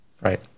Right